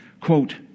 Quote